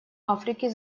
африки